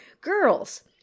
Girls